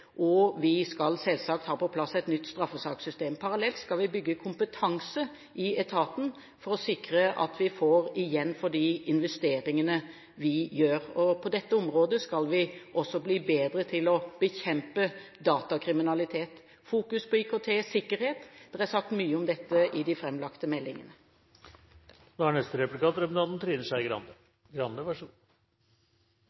og vi skal selvsagt ha på plass et nytt straffesakssystem. Parallelt skal vi bygge kompetanse i etaten for å sikre at vi får igjen for de investeringene vi gjør. På dette området skal vi også bli bedre til å bekjempe datakriminalitet og ha fokus på IKT-sikkerhet. Det er sagt mye om dette i de framlagte meldingene. Statsråden er